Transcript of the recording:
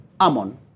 Ammon